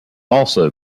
also